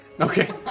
Okay